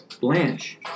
Blanche